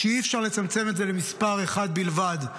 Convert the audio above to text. ואי-אפשר לצמצם את זה למספר אחד בלבד.